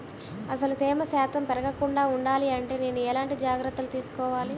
అసలు తేమ శాతం పెరగకుండా వుండాలి అంటే నేను ఎలాంటి జాగ్రత్తలు తీసుకోవాలి?